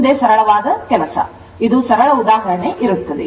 ಮುಂದೆ ಇದು ಸರಳವಾದ ಕೆಲಸ ಇದು ಸರಳ ಉದಾಹರಣೆ ಇರುತ್ತದೆ